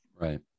Right